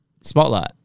Spotlight